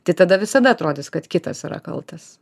tai tada visada atrodys kad kitas yra kaltas